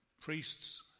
priests